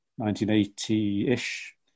1980-ish